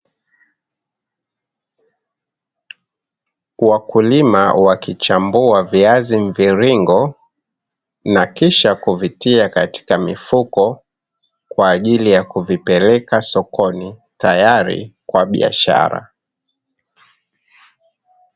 Wakulima wakichambua viazi mviringo na kisha kuvitia katika mifuko kwaajili ya kuvipeleka sokoni tayari kwa biashara.